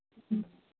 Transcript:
ꯎꯝ